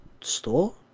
store